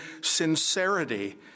sincerity